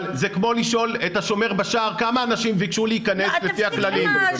אבל זה כמו לשאול את השומר בשער כמה אנשים ביקשו להיכנס לפי הכללים?